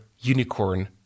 unicorn